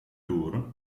tour